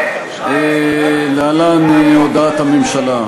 להלן הודעת הממשלה.